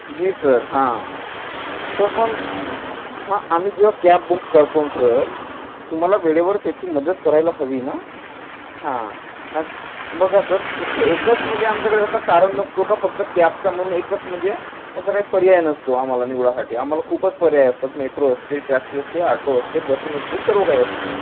जी sir हां sir पण हां आम्ही जेव्हा कॅब बुक करतो सर तुम्हाला वेळेवर त्याची मदत करायला हवी न हां नाच बघा सर फक्त एकच म्हणजे आमच्याकडे असा कारण नसतो का फक्त कॅबचा म्हणून एकच म्हणजे असा काही पर्याय नसतो आम्हाला निवडासाठी आम्हाला खूपच पर्याय असतात मेट्रो असते टॅक्सी असते आटो असते बसेस असते सर्व काही असते